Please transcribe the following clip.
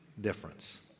difference